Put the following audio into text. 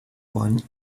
one